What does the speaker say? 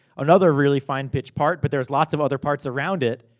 another really fine pitch part, but there's lots of other parts around it.